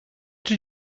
did